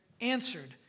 answered